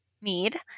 mead